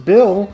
Bill